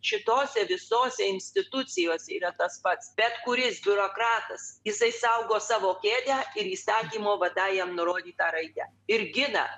šitose visose institucijos yra tas pats bet kuris biurokratas jisai saugo savo kėdę ir įsakymo nurodytą raidę ir gina